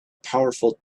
powerful